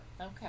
Okay